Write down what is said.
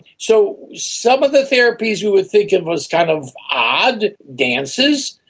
so some of the therapies we would think of as kind of odd dances?